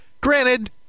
granted